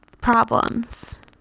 problems